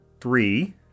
three